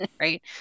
right